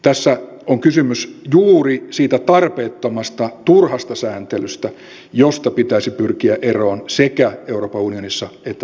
tässä on kysymys juuri siitä tarpeettomasta turhasta sääntelystä josta pitäisi pyrkiä eroon sekä euroopan unionissa että täällä meillä